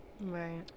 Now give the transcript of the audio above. Right